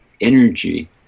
energy